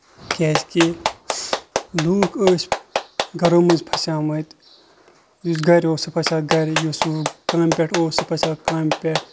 کیازِ کہِ لُکھ ٲسۍ گرو منٛز پھسے مٕتۍ یُس گرِ اوس سُہ پھسیو گرِ یُس کامہِ پٮ۪ٹھ اوس سُہ پھسیو کامہِ پٮ۪ٹھ